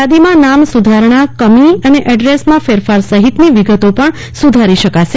થાદીમાં નામ સુધારણા કમી અને એડ્રેસમાં ફેરફાર સહિતની વિગતો પણ સુધારી શકાશે